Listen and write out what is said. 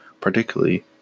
particularly